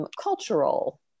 Cultural